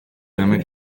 einem